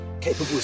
capable